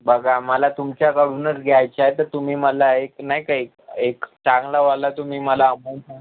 बघा मला तुमच्याकडूनच घ्यायचा आहे तर तुम्ही मला एक नाही का एक एक चांगलावाला तुम्ही मला अमाऊंट सांगा